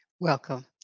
Welcome